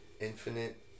infinite